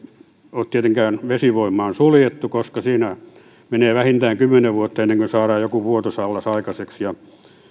ole tietenkään vesivoima on suljettu koska siinä menee vähintään kymmenen vuotta ennen kuin saadaan joku vuotos allas aikaiseksi ja